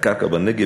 לקרקע בנגב,